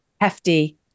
hefty